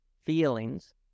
feelings